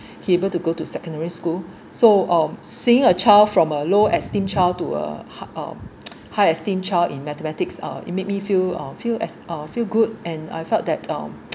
he able to go to secondary school so uh seeing a child from a low esteem child to a hard uh high esteem child in mathematics uh it made me feel uh feel as uh feel good and I felt that um